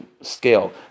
scale